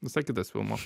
visai kitas filmo